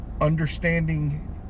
understanding